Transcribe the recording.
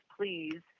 please